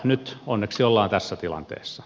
nyt onneksi ollaan tässä tilanteessa